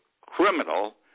criminal